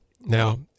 Now